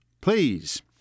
please